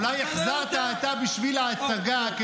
אולי החזרת אותה בשביל ההצגה.